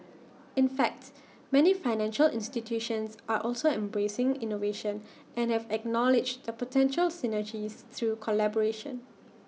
in fact many financial institutions are also embracing innovation and have acknowledged the potential synergies through collaboration